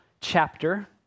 chapter